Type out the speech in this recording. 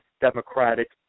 democratic